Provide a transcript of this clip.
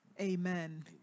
amen